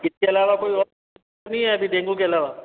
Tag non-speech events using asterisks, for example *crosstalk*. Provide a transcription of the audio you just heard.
इसके अलावा कोई और *unintelligible* नहीं है अभी डेंगू के अलावा